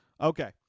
Okay